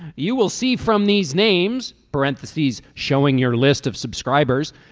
you will see from these names parentheses showing your list of subscribers.